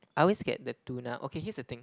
I always get the tuna okay here's the thing